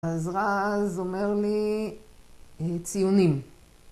אז רז אומר לי ציונים